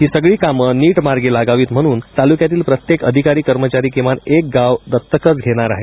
ही सगळी कामं नीट मार्गी लागावीत म्हणून तालुक्यातील प्रत्येक अधिकारी कर्मचारी किमान एक गाव दत्तकच घेणार आहे